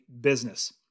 business